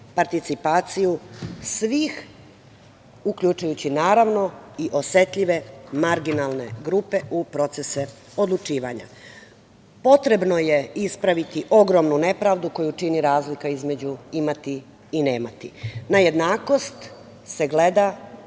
participaciju svih, uključujući, naravno, i osetljive, marginalne grupe u procese odlučivanja. Potrebno je ispraviti ogromnu nepravdu koju čini razlika između imati i nemati. Na jednakost se gleda